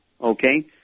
Okay